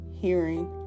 hearing